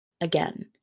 Again